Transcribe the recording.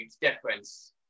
difference